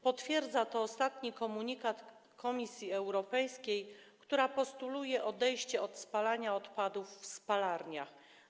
Potwierdza to ostatni komunikat Komisji Europejskiej, która postuluje odejście od spalania odpadów w spalarniach.